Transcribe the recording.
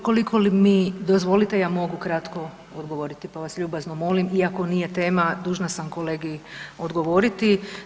Ukoliko mi dozvolite, ja mogu kratko odgovoriti, pa vas ljubazno molimo iako nije tema, dužna sam kolegi odgovoriti.